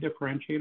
differentiator